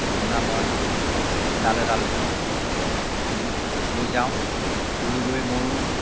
পদিনা মই এডাল এডালকৈ ঢাপ তুলি ৰুই যাওঁ ৰুই গৈ মোৰ